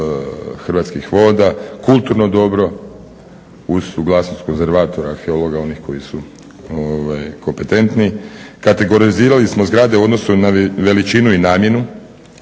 Hrvatskih voda, kulturno dobro uz suglasnost konzervatora …/Govornik se ne razumije./… onih koji su kompetentni. Kategorizirali smo zgrade u odnosu na veličinu i namjenu,